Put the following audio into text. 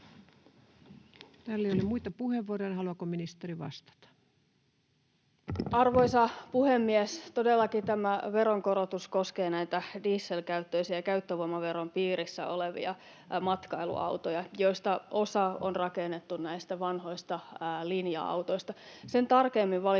täällä ei ole muita puheenvuoroja, niin haluaako ministeri vastata? Arvoisa puhemies! Todellakin tämä veronkorotus koskee näitä dieselkäyttöisiä ja käyttövoimaveron piirissä olevia matkailuautoja, joista osa on rakennettu näistä vanhoista linja-autoista. Sen tarkemmin valitettavasti